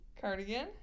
Cardigan